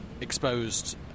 exposed